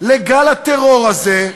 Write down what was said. לגל הטרור הזה.